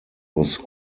was